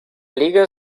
liga